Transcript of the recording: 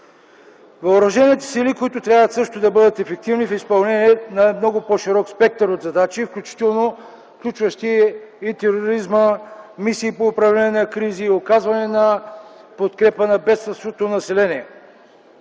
Въоръжените сили, които също трябва да бъдат ефективни за изпълнение на много по-широк спектър от задачи, включително включващи – тероризма, мисии по управление на кризи, оказване на подкрепа на бедстващото население.